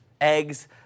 Eggs